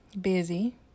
busy